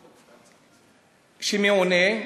כשמעונה,